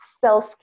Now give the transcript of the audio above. self